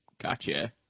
Gotcha